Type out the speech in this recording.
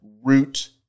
root